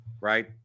right